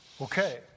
Okay